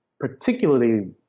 particularly